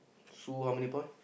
Sue how many point